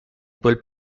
quel